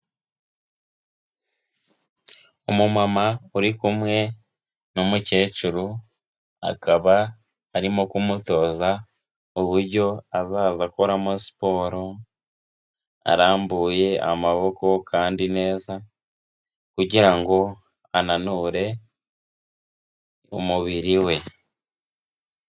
Umuma uri kumwe n'umukecuru, akaba arimo kumutoza uburyo azaza bakoramo siporo, arambuye amaboko kandi neza kugira ngo ananure umubiri we.